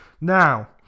now